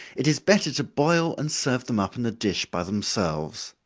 it is better to boil and serve them up in a dish by themselves.